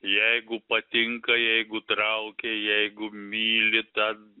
jeigu patinka jeigu traukia jeigu myli tą